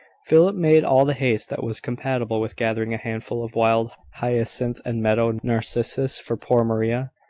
philip made all the haste that was compatible with gathering a handful of wild hyacinth and meadow narcissus for poor maria.